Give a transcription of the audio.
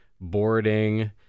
boarding